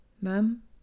Ma'am